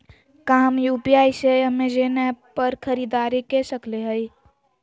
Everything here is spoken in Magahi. का हम यू.पी.आई से अमेजन ऐप पर खरीदारी के सकली हई?